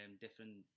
different